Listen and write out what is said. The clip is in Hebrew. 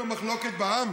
עם המחלוקת שהייתה בעם?